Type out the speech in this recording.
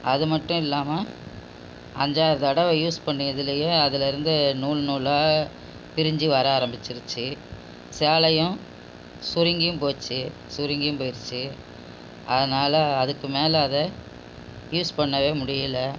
அது மட்டும் இல்லாமல் அஞ்சு ஆறு தடவை யூஸ் பண்ணி அதிலேயே அதில் இருந்து நூல் நூலாக பிரிஞ்சு வர ஆரம்பிச்சிடுச்சு சேலையும் சுருங்கியும் போச்சு சுருங்கியும் போயிடுச்சு அதனால் அதுக்கு மேலே அதை யூஸ் பண்ணவே முடியலை